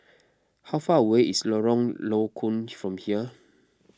how far away is Lorong Low Koon from here